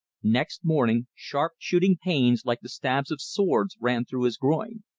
next morning sharp, shooting pains, like the stabs of swords, ran through his groin.